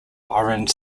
orange